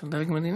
של דרג מדיני.